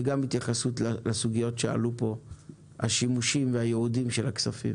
וגם התייחסות לסוגיות שעלו פה על השימושים והייעודים של הכספים.